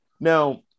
Now